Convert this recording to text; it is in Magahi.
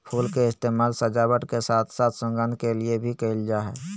फुल के इस्तेमाल सजावट के साथ साथ सुगंध के लिए भी कयल जा हइ